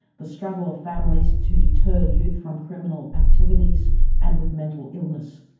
the struggle of families to deter youth from criminal activities and with mental illness.